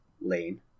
lane